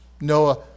Noah